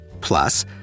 Plus